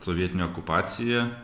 sovietinė okupacija